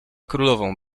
królową